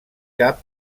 cap